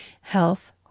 Health